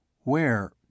Where